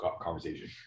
conversation